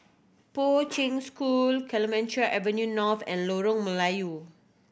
Poi Ching School Clemenceau Avenue North and Lorong Melaiyu